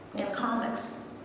in comics,